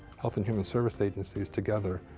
health and human service agencies together,